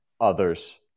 others